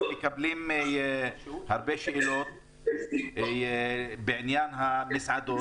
אנחנו מקבלים הרבה שאלות בעניין המסעדות.